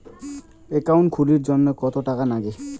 Account খুলির জন্যে কত টাকা নাগে?